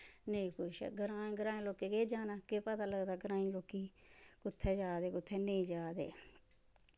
नेईं कुछ ग्राएं ग्राएं लोकें केह् जाना केह् पता लगदा ग्राईं लोकें ई कुत्थै जा दे कुत्थै नेंई जा दे